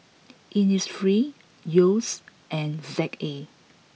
Innisfree Yeo's and Z A